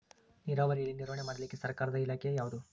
ನೇರಾವರಿಯಲ್ಲಿ ನಿರ್ವಹಣೆ ಮಾಡಲಿಕ್ಕೆ ಸರ್ಕಾರದ ಇಲಾಖೆ ಯಾವುದು?